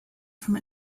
from